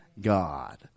God